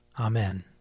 Amen